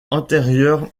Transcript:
antérieure